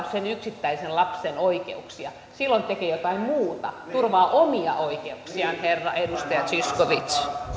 sen yksittäisen lapsen oikeuksia silloin ne tekevät jotain muuta turvaavat omia oikeuksiaan edustaja zyskowicz